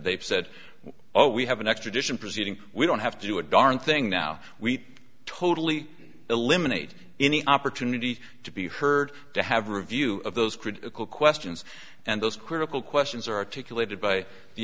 they said oh we have an extradition proceeding we don't have to do a darn thing now we totally eliminate any opportunity to be heard to have review of those critical questions and those critical questions are articulated by the